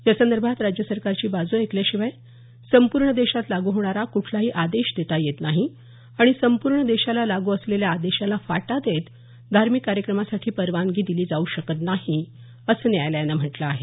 यासंदर्भात राज्य सरकारची बाजू ऐकल्याशिवाय संपूर्ण देशात लागू होणारा कुठलाही आदेश देता येत नाही आणि संपूर्ण देशाला लागू असलेल्या आदेशाला फाटा देत धार्मिक कार्यक्रमासाठी परवानगी दिली जाऊ शकत नाही असं न्यायालयानं म्हटलं आहे